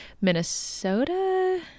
Minnesota